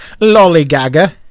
lollygagger